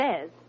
says